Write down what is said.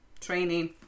training